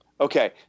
Okay